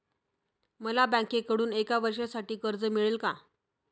मला बँकेकडून एका वर्षासाठी कर्ज मिळेल का?